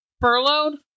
furloughed